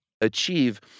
achieve